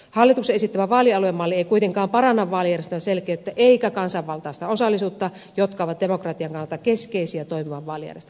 hallituksen esittämä vaalialuemalli ei kuitenkaan paranna vaalijärjestelmän selkeyttä eikä kansanvaltaista osallisuutta jotka ovat demokratian kannalta keskeisiä toimivan vaalijärjestelmän piirteitä